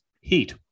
heat